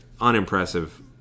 unimpressive